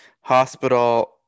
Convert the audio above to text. hospital